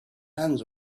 hands